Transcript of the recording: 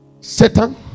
Satan